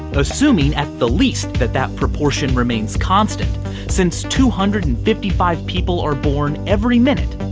assuming at the least that that proportion remains constant since two hundred and fifty five people are born every minute,